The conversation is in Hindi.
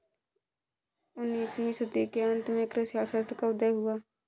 उन्नीस वीं सदी के अंत में कृषि अर्थशास्त्र का उदय हुआ